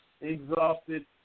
exhausted